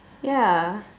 ya